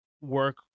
work